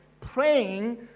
praying